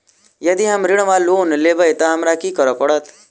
यदि हम ऋण वा लोन लेबै तऽ हमरा की करऽ पड़त?